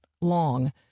long